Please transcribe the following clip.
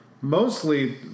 mostly